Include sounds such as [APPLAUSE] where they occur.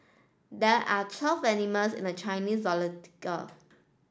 there are twelve animals in the Chinese [UNINTELLIGIBLE]